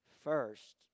first